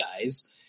guys